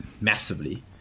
Massively